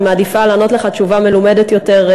אני מעדיפה לענות לך תשובה מלומדת יותר,